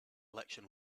election